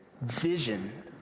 vision